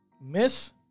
miss